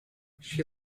she